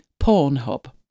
Pornhub